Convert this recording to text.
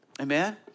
Amen